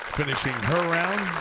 finishing her round.